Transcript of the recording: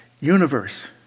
universe